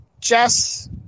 Jess